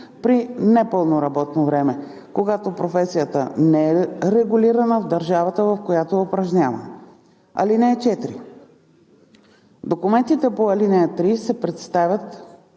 при непълно работно време, когато професията не е регулирана в държавата, в която я упражнява. (4) Документите по ал. 3 се представят